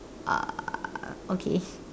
ah okay